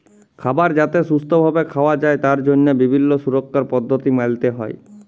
খাবার যাতে সুস্থ ভাবে খাওয়া যায় তার জন্হে বিভিল্য সুরক্ষার পদ্ধতি মালতে হ্যয়